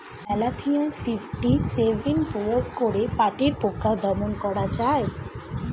Malathion fifty seven প্রয়োগ করে পাটের পোকা দমন করা যায়?